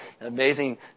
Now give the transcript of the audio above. amazing